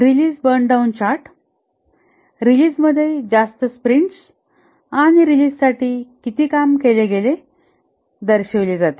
release burn down chart रिलीझमध्ये जास्त sprints आणि रिलीझसाठी किती काम केले गेले दर्शविले जाते